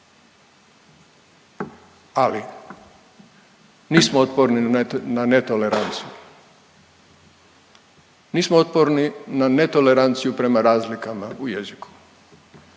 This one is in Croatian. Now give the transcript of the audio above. Ali nismo otporni na netoleranciju, nismo otporni na netoleranciju prema razlikama u jeziku.